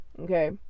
okay